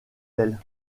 elle